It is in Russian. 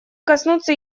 коснуться